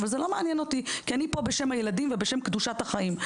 אבל זה לא מעניין אותי כי אני פה בשם הילדים ובשם קדושת החיים.